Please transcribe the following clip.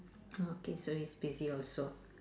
okay so he's busy also